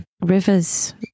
rivers